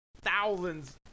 thousands